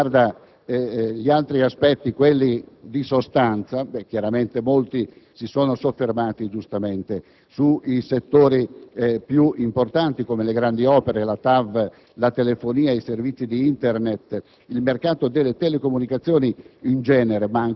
Per quanto riguarda gli altri aspetti maggiormente di sostanza, molti si sono soffermati, giustamente, su settori più importanti, come quello delle grandi opere, la TAV, la telefonia, i servizi Internet, il mercato delle comunicazioni